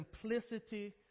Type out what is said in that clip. simplicity